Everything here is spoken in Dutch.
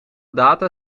data